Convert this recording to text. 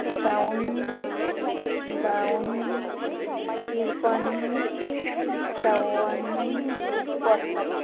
एकाउन्न बाउन्न त्रिपन्न चौउन्न पचपन्न